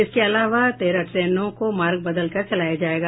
इसके अलावा तेरह ट्रेनों को मार्ग बदल कर चलाया जायेगा